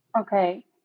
Okay